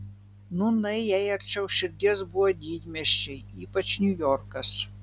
nūnai jai arčiau širdies buvo didmiesčiai ypač niujorkas